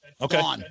Okay